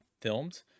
filmed